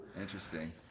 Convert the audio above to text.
Interesting